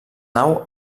nau